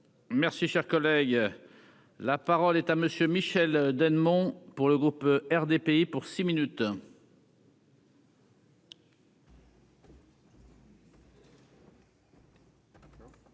Merci, cher collègue, la parole est à monsieur Michel Dennemont pour le groupe RDPI pour six minutes.